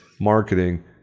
marketing